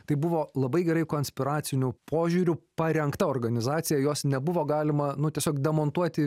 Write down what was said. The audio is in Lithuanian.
tai buvo labai gerai konspiraciniu požiūriu parengta organizacija jos nebuvo galima nu tiesiog demontuoti